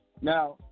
Now